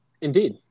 indeed